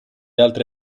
altre